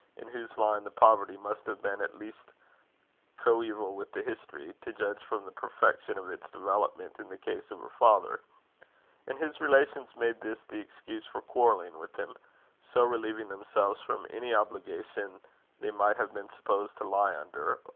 in whose line the poverty must have been at least coeval with the history, to judge from the perfection of its development in the case of her father and his relations made this the excuse for quarrelling with him so relieving themselves from any obligations they might have been supposed to lie under,